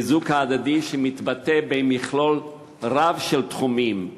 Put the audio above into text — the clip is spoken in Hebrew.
חיזוק הדדי שמתבטא במכלול של תחומים,